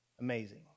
amazing